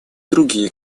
другие